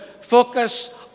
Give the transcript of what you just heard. focus